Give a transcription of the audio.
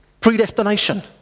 Predestination